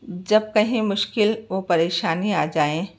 جب کہیں مشکل و پریشانی آ جائیں